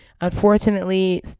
Unfortunately